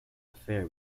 affair